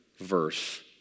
verse